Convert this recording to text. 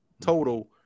total